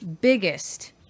biggest